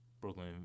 Brooklyn